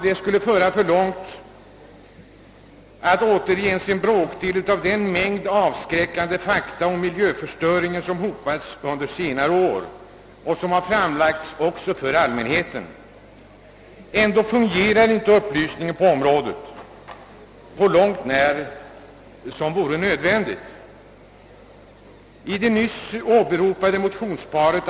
Det skulle föra för långt att återge ens en bråkdel av den mängd fakta om miljöförstöringen som hopats under senare år och som framlagts också för allmänheten. Ändå fungerar inte upplysningen på området på långt när som vore nödvändigt.